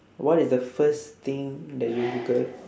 what is the first thing that you google